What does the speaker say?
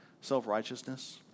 Self-righteousness